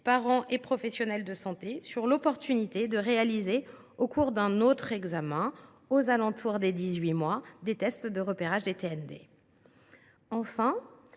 parents et professionnels de santé sur l’opportunité de réaliser, au cours d’un autre examen aux alentours des 18 mois, des tests de repérage des TND. Par